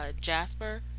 jasper